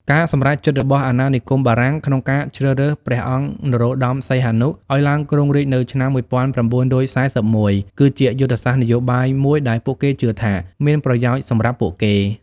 ការសម្រេចចិត្តរបស់អាណានិគមបារាំងក្នុងការជ្រើសរើស ព្រះអង្គនរោត្ដម សីហនុ ឱ្យឡើងគ្រងរាជ្យនៅឆ្នាំ១៩៤១ គឺជាយុទ្ធសាស្ត្រនយោបាយមួយដែលពួកគេជឿថាមានប្រយោជន៍សម្រាប់ពួកគេ។